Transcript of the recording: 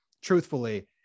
truthfully